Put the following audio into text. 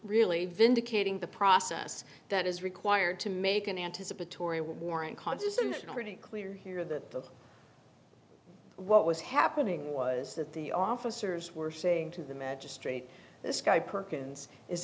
really vindicating the process that is required to make an anticipatory warrant conscious and pretty clear here that the what was happening was that the officers were saying to the magistrate this guy perkins is